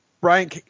Brian